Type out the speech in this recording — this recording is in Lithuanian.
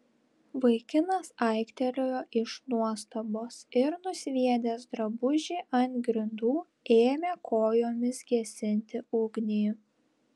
vaikinas aiktelėjo iš nuostabos ir nusviedęs drabužį ant grindų ėmė kojomis gesinti ugnį